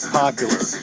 popular